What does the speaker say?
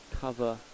cover